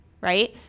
right